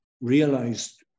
realized